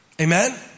Amen